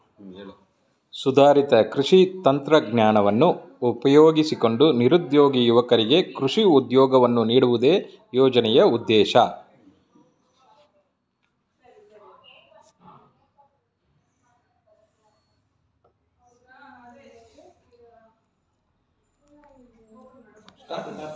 ಸುಧಾರಿತ ಕೃಷಿ ತಂತ್ರಜ್ಞಾನವನ್ನು ಉಪಯೋಗಿಸಿಕೊಂಡು ನಿರುದ್ಯೋಗಿ ಯುವಕರಿಗೆ ಕೃಷಿ ಉದ್ಯೋಗವನ್ನು ನೀಡುವುದು ಯೋಜನೆಯ ಉದ್ದೇಶ